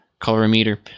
colorimeter